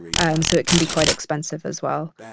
um so it can be quite expensive as well.